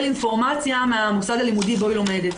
אינפורמציה מהמוסד הלימודי שבו היא לומדת.